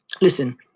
Listen